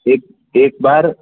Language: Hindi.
एक एक बार